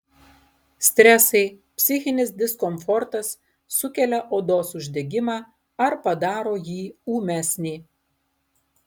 stresai psichinis diskomfortas sukelia odos uždegimą ar padaro jį ūmesnį